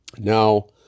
Now